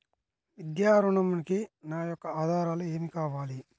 విద్యా ఋణంకి నా యొక్క ఆధారాలు ఏమి కావాలి?